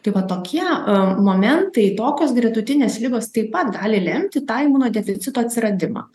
tai va tokie momentai tokios gretutinės ligos taip pat gali lemti tą imunodeficito atsiradimą